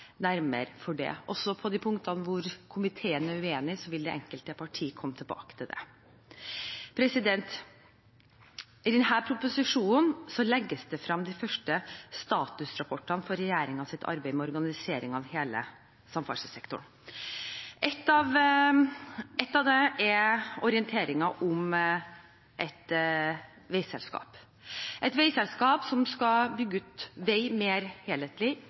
nærmere for det. Også på de punktene hvor komiteen er uenig, vil det enkelte parti komme tilbake til det. I denne proposisjonen legges frem de første statusrapportene for regjeringens arbeid med organisering av hele samferdselssektoren. En av dem er orienteringen om et veiselskap, et veiselskap som skal bygge ut vei mer helhetlig,